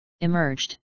emerged